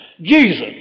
Jesus